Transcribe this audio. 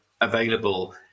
available